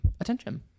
attention